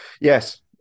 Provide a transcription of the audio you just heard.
Yes